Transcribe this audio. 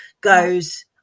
goes